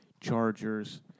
Chargers